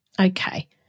Okay